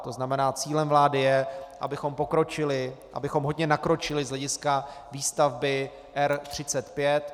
To znamená, cílem vlády je, abychom pokročili, abychom hodně nakročili z hlediska výstavby R35.